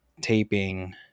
taping